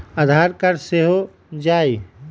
आधार card से हो जाइ?